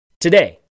today